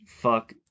fuck